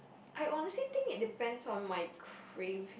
I honestly think it depends on my craves